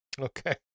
Okay